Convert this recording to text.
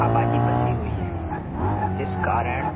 आबादी बसी हुई है जिस कारण